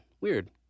weird